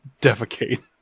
Defecate